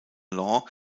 long